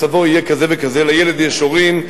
מצבו יהיה כזה וכזה לילד יש הורים,